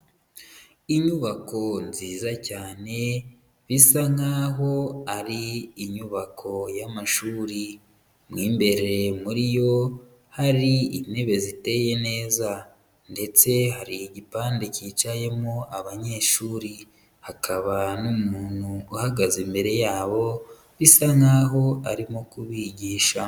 Inyubako nziza cyane bisa nkaho ari inyubako y'amashuri, mu imbere muri yo hari intebe ziteye neza, ndetse hari igipande cyicayemo abanyeshuri, hakaba n'umuntu uhagaze imbere yabo bisa nkaho arimo kubigisha.